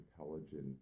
intelligent